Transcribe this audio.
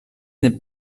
n’est